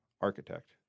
architect